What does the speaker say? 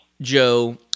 Joe